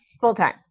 Full-time